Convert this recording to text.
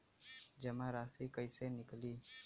जमा राशि कइसे निकली?